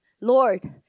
Lord